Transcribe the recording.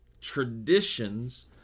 traditions